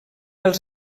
els